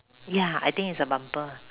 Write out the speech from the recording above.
ya I think is a bumper